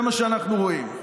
זה מה שאנחנו רואים.